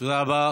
תודה רבה.